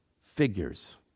figures